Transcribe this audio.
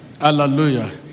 hallelujah